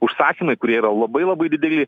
užsakymai kurie yra labai labai dideli